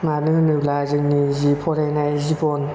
मानो होनोब्ला जोंनि जि फरायनाय जिबन